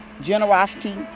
Generosity